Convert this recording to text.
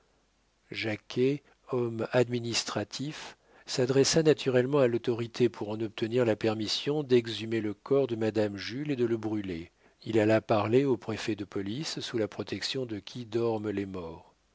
jacquet homme administratif s'adressa naturellement à l'autorité pour en obtenir la permission d'exhumer le corps de madame jules et de le brûler il alla parler au préfet de police sous la protection de qui dorment les morts